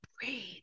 breathe